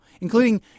including